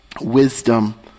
Wisdom